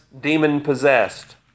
demon-possessed